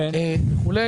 וכו',